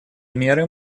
меры